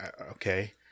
Okay